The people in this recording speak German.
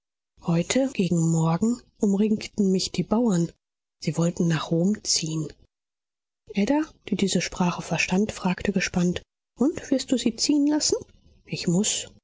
heute gegen morgen umringten mich die bauern sie wollen nach rom ziehen ada die diese sprache verstand fragte gespannt und wirst du sie ziehen lassen ich muß